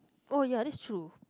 oh ya that's true